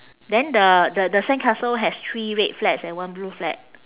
then the the the sandcastle has three red flags and one blue flag